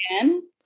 again